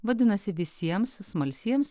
vadinasi visiems smalsiems